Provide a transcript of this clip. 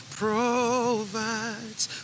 provides